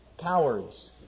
Cowards